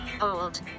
old